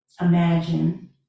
imagine